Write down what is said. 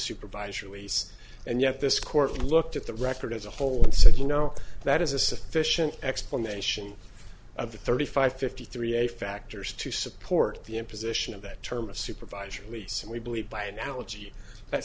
supervisor ways and yet this court looked at the record as a whole and said you know that is a sufficient explanation of the thirty five fifty three a factors to support the imposition of that term a supervisory lease and we believe by analogy that